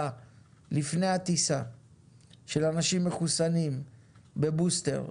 לפני הטיסה של אנשים מחוסנים בבוסטר,